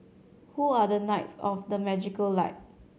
who are the knights of the magical light